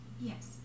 Yes